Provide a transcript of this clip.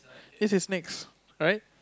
this is mix right